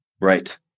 Right